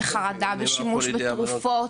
בחדרה ובשימוש בתרופות.